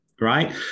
right